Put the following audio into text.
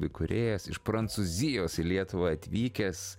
įkūrėjas iš prancūzijos į lietuvą atvykęs